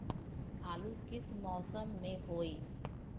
आलू किस मौसम में होई?